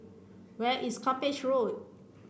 where is Cuppage Road